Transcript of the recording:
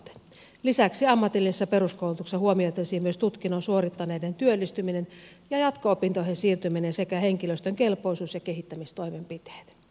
lisäksi ammatillisessa peruskoulutuksessa huomioitaisiin myös tutkinnon suorittaneiden työllistyminen ja jatko opintoihin siirtyminen sekä henkilöstön kelpoisuus ja kehittämistoimenpiteet